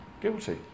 Guilty